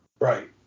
Right